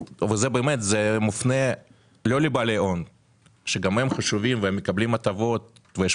זה מופנה לא לבעלי הון שגם הם חשובים והם מקבלים הטבות ויש